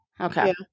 Okay